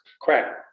crack